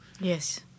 yes